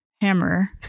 hammer